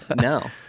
No